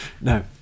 No